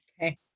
Okay